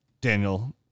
Daniel